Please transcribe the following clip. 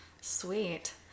sweet